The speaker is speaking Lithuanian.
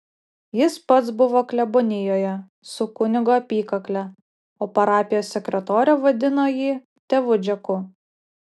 jis pats buvo klebonijoje su kunigo apykakle o parapijos sekretorė vadino jį tėvu džeku